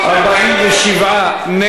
הצבעה.